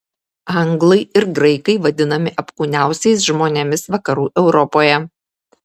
anglai ir graikai vadinami apkūniausiais žmonėmis vakarų europoje